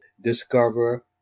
discover